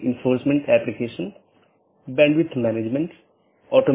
ये IBGP हैं और बहार वाले EBGP हैं